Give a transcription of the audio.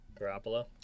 Garoppolo